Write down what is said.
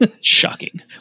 Shocking